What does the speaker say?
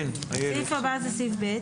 סעיף הבא זה סעיף (ב)